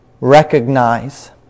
recognize